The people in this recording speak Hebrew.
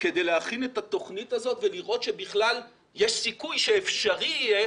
כדי להכין את התוכנית הזאת ולראות שבכלל יש סיכוי שאפשרי יהיה